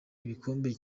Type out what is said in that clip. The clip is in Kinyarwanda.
ibikombe